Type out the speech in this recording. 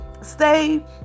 stay